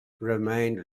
remained